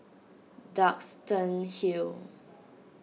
Duxton Hill